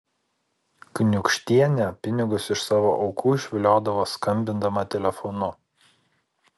kniūkštienė pinigus iš savo aukų išviliodavo skambindama telefonu